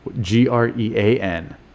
G-R-E-A-N